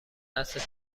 دستت